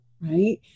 right